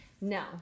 No